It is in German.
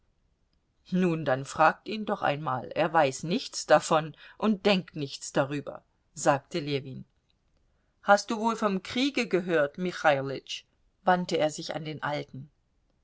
nun dann fragt ihn doch einmal er weiß nichts davon und denkt nichts darüber sagte ljewin hast du wohl vom kriege gehört michailütsch wandte er sich an den alten